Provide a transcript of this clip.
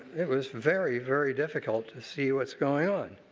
it was very, very difficult to see what is going on.